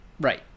Right